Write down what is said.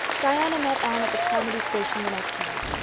diana met anne at the carmody station the next night,